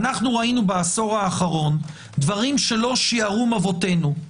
אנחנו ראינו בעשור האחרון דברים שלא שיערום אבותינו,